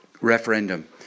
referendum